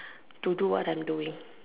to do what I'm doing